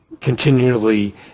continually